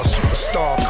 Superstar